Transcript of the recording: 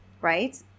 right